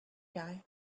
guy